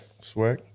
swag